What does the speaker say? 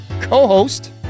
co-host